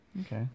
Okay